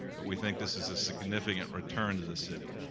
but we think this is a significant return to the sit.